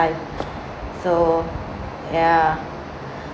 life so ya